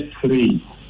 three